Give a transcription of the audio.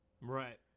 Right